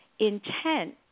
Intent